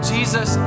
Jesus